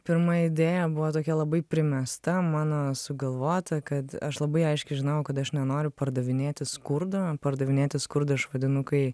pirma idėja buvo tokia labai primesta mano sugalvota kad aš labai aiškiai žinojau kad aš nenoriu pardavinėti skurdą pardavinėti skurdą aš vadinu kai